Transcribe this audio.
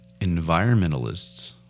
environmentalists